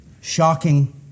shocking